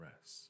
rest